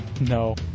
No